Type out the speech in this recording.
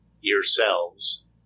yourselves